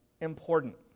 important